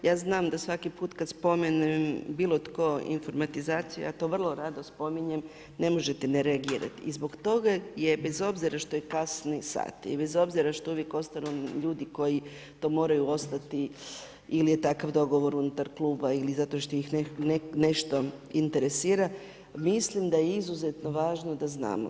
Kolega zaista ja znam da svaki put kad spomene bilo tko informatizaciju ja to vrlo rado spominjem ne možete ne reagirati i zbog toga je bez obzira što je kasni sat i bez obzira što uvijek ostanu ljudi koji to moraju ostati ili je takav dogovor unutar kluba ili zato što ih nešto interesira mislim da je izuzetno važno da znamo.